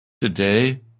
Today